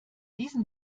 diesen